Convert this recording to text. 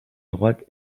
droite